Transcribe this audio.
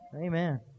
Amen